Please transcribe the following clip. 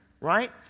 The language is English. right